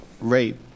rape